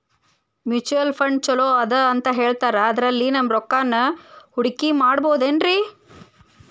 Mutual fund ಛಲೋ ಅದಾ ಅಂತಾ ಹೇಳ್ತಾರ ಅದ್ರಲ್ಲಿ ನಮ್ ರೊಕ್ಕನಾ ಹೂಡಕಿ ಮಾಡಬೋದೇನ್ರಿ?